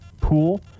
pool